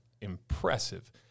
impressive